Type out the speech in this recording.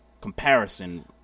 comparison